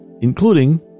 including